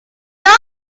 not